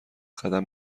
قدم